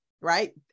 right